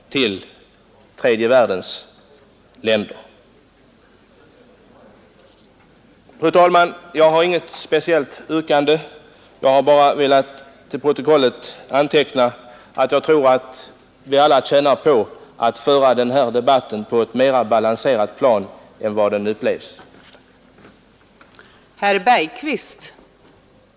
Fru talman! Jag har inget speciellt yrkande; jag har bara velat till protokollet få antecknat att jag tror att vi alla tjänar på att föra den här debatten på ett mera balanserat sätt än vad den hittills upplevts.